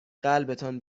قلبتان